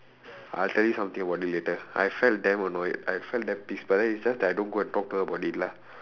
I'll tell you something about it later I felt damn annoyed I felt damn pissed but then it's just that I don't go and talk to her about it lah